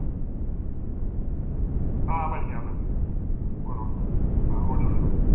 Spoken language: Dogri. हां बनी जाग बनी जाग बनी जाना